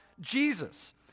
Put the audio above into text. Jesus